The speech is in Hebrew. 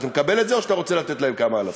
אתה מקבל את זה או שאתה רוצה לתת להם כמה אלפים?